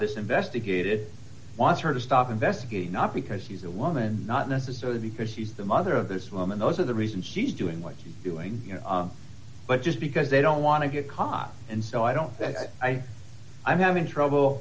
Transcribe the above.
this investigated wants her to stop investigating not because she's a woman not necessarily because she's the mother of this woman those are the reasons she's doing what you're doing you know but just because they don't want to get caught and so i don't that i i i'm having trouble